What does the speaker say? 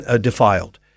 defiled